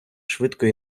швидко